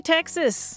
Texas